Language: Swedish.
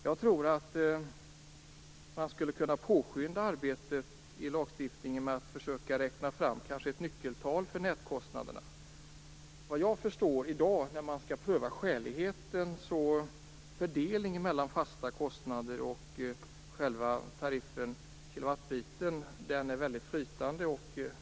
Jag tror att man skulle kunna påskynda arbetet i lagstiftningen med att försöka räkna fram ett nyckeltal för nätkostnaderna. Vad jag förstår är fördelningen i dag, när man skall pröva skäligheten, mellan de fasta kostnaderna och själva tariffen - det som handlar om kilowatt - väldigt flytande.